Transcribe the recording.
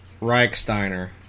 Reichsteiner